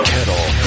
Kettle